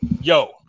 Yo